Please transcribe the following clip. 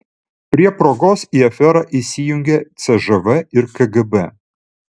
prie progos į aferą įsijungia cžv ir kgb